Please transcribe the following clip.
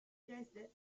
dresde